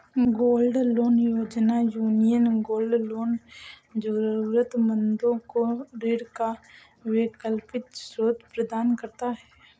gold loan योजना, Union gold loan जरूरतमंदों को ऋण का वैकल्पिक स्रोत प्रदान करता है